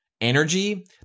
energy